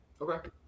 Okay